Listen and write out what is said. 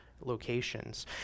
locations